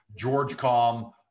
GeorgeCom